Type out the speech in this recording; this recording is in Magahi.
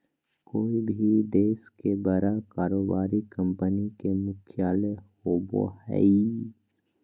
कोय भी देश के बड़ा कारोबारी कंपनी के मुख्यालय होबो हइ